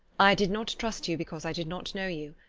i did not trust you because i did not know you.